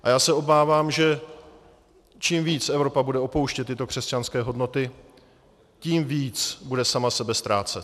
A já se obávám, že čím víc Evropa bude opouštět tyto křesťanské hodnoty, tím víc bude sama sebe ztrácet.